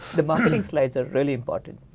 the marketing slides are really important.